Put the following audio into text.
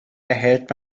erhält